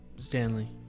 Stanley